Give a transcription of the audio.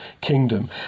kingdom